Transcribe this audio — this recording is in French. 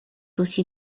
aussi